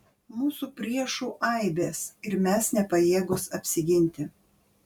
mūsų priešų aibės ir mes nepajėgūs apsiginti